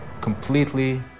completely